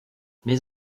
mes